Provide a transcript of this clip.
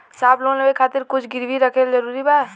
साहब लोन लेवे खातिर कुछ गिरवी रखल जरूरी बा?